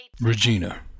Regina